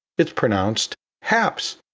it's pronounced haps,